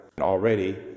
already